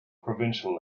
provincial